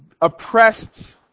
oppressed